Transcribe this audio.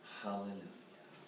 hallelujah